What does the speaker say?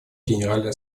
генеральной